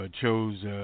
chose